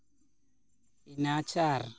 nature